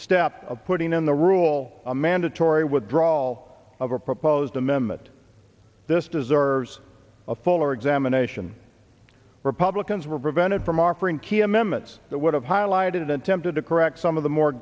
step of putting in the rule a mandatory withdrawal of a proposed amendment this deserves a fuller examination republicans were prevented from offering key amendments that would have highlighted attempted to correct some of the more